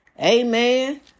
Amen